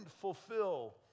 fulfill